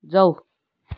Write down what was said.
जाऊ